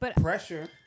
pressure